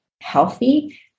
healthy